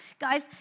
guys